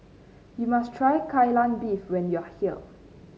you must try Kai Lan Beef when you are here